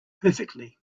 perfectly